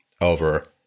over